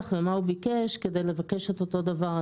ומה הוא ביקש כדי לבקש את אותו דבר.